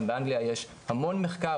גם באנגליה יש המון מחקר,